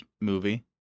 movie